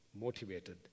motivated